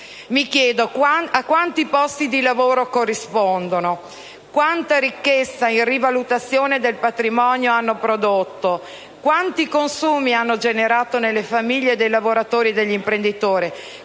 Mi chiedo: quanti posti di lavoro corrispondono? Quanta ricchezza in rivalutazione del patrimonio hanno prodotto? Quanti consumi hanno generato nelle famiglie dei lavoratori e degli imprenditori?